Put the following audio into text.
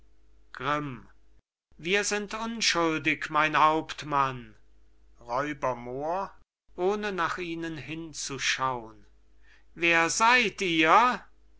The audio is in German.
grimm wir sind unschuldig mein hauptmann r moor ohne nach ihnen hinzuschau'n wer seid ihr